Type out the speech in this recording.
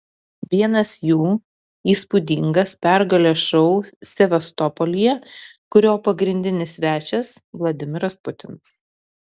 vienas jų įspūdingas pergalės šou sevastopolyje kurio pagrindinis svečias vladimiras putinas